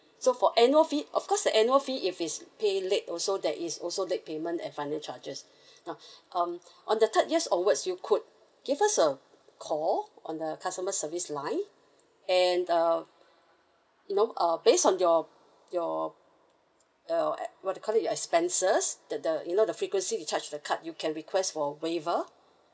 so for annual fee of course the annual fee if it's paid late also there is also late payment and finance charges now um on the third years onwards you could give us a call on the customer service line and uh you know uh based on your your your e~ what to call it your expenses the the you know the frequency you charge with the card you can request for waiver